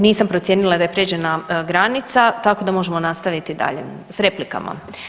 Nisam procijenila da je prijeđena granica, tako da možemo nastaviti dalje sa replikama.